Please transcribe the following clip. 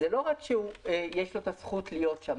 לא רק שיש לו את הזכות להיות שם.